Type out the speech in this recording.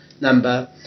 number